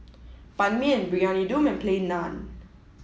ban mian briyani dum and plain naan